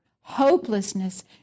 hopelessness